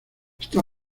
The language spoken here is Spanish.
está